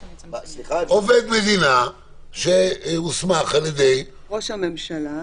עובד המדינה שייקבע על ידי ראש הממשלה